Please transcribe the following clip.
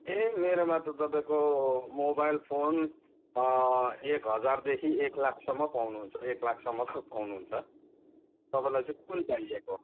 ए मेरोमा त तपाईँको मोबाइल फोन एक हजारदेखि एक लाखसम्म पाउनु हुन्छ एक लाखसम्मको पाउनु हुन्छ तपाईँलाई चाहिँ कुन चाहिएको